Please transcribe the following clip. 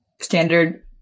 standard –